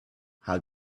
how